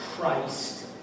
Christ